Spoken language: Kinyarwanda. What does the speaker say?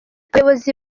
abayobozi